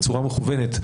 בצורה מכוונת,